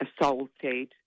assaulted